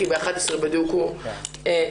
כי ב-11 בדיוק הוא מסתיים.